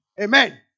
Amen